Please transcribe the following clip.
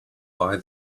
buy